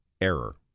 error